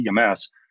EMS